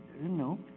no